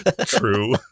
True